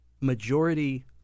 majority